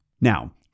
Now